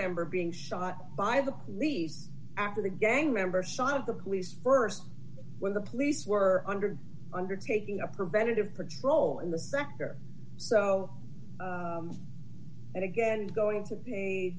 member being shot by the police after the gang members shot of the police st when the police were under undertaking a preventative patrol in the sector so and again going to